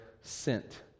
sent